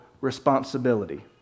responsibility